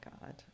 god